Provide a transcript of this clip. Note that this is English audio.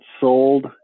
sold